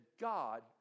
God